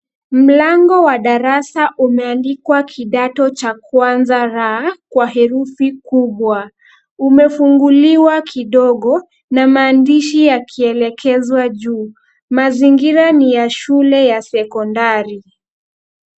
Mlango wa darasa umeandikwa kidato cha kwanza R kwa herufi kubwa. Umefunguliwa kidogo na maandishi yakielekezwa juu. Mazingira ni ya shule ya sekondari.